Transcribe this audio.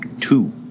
two